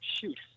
Shoot